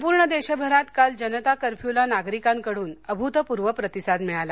संपूर्ण देशभरात काल जनता कर्फ्यूला नागरिकांकडून अभूतपूर्व प्रतिसाद मिळाला